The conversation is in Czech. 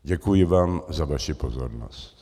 Děkuji vám za vaši pozornost.